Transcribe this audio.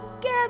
get